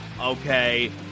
okay